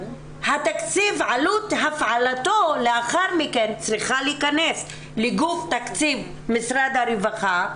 עלות הפעלתו לאחר מכן צריכה להכנס לגוף תקציב משרד הרווחה,